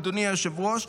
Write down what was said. אדוני היושב-ראש,